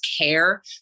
care